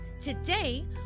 Today